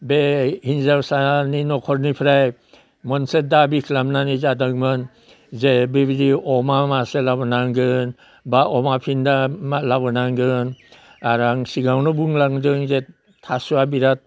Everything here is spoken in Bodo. बे हिनजावसानि न'खरनिफ्राय मोनसे दाबि खालामनानै जादोंमोन जे बेबिदि अमा मासे लाबोनांगोन बा अमा फिनदा लाबोनांगोन आरो आं सिगाङावनो बुंलांदों जे थास'आ बिराद